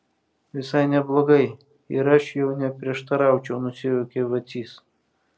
visai neblogai ir aš jau neprieštaraučiau nusijuokė vacys